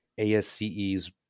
ASCE's